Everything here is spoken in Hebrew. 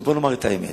בוא נאמר את האמת.